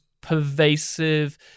pervasive